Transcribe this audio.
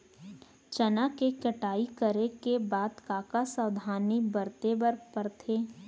चना के कटाई करे के बाद का का सावधानी बरते बर परथे?